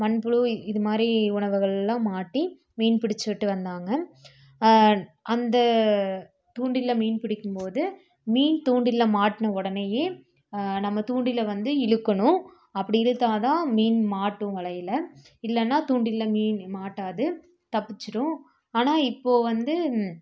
மண்புழு இது மாதிரி உணவுகள்லாம் மாட்டி மீன் பிடிச்சிவிட்டு வந்தாங்க அந்த தூண்டிலில் மீன் பிடிக்கும்போது மீன் தூண்டிலில் மாட்டின உடனேயே நம்ம தூண்டிலை வந்து இழுக்கணும் அப்படி இழுத்தால்தான் மீன் மாட்டும் வலையில் இல்லைன்னா தூண்டிலில் மீன் மாட்டாது தப்பிச்சிரும் ஆனால் இப்போ வந்து